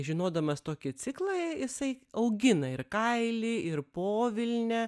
žinodamas tokį ciklą jisai augina ir kailį ir povilnę